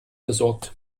besorgt